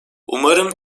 umarım